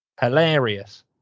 Hilarious